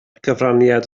cyfraniad